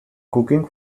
cooking